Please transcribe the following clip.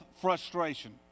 frustration